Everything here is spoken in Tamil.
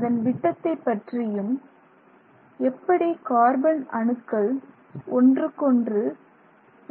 அதன் விட்டத்தைப் பற்றியும் எப்படி கார்பன் அணுக்கள் ஒன்றுக்கொன்று